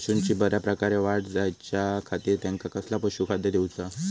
पशूंची बऱ्या प्रकारे वाढ जायच्या खाती त्यांका कसला पशुखाद्य दिऊचा?